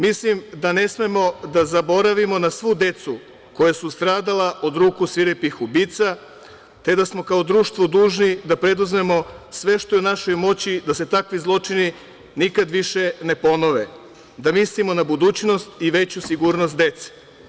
Mislim da ne smemo da zaboravimo na svu decu koja su stradala od ruku svirepih ubica, te da smo kao društvo dužni da preduzmemo sve što je u našoj moći da se takvi zločini nikad više ne ponove, da mislim na budućnost i veću sigurnost dece.